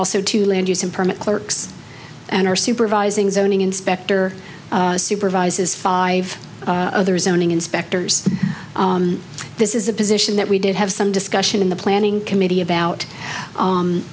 also to land use and permit clerks and our supervising zoning inspector supervises five other zoning inspectors this is a position that we did have some discussion in the planning committee about